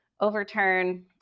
overturn